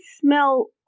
smell